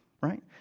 right